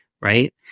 right